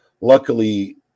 Luckily